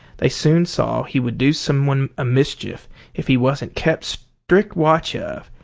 they soon saw he would do someone a mischief if he wa'n't kept strict watch of,